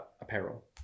apparel